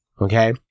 Okay